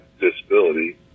disability